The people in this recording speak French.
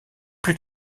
plus